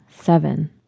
Seven